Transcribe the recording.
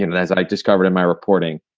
and and as i discovered in my reporting.